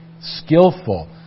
skillful